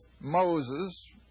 Moses